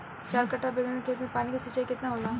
चार कट्ठा बैंगन के खेत में पानी के सिंचाई केतना होला?